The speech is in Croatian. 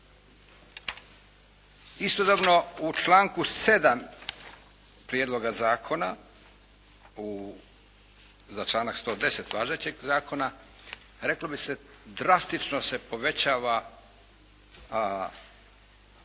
Istodobno u članku 7. Prijedloga zakona, u, za članak 110. važećeg Zakona, reklo bi se, drastično se povećava,